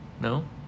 No